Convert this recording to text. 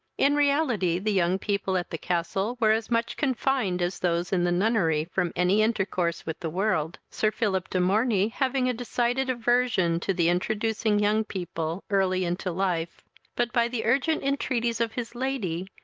in realty, the young people at the castle were as much confined as those in the nunnery from any intercourse with the world, sir philip de morney having a decided aversion to the introducing young people early into life but by the urgent entreaties of his lady,